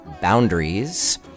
boundaries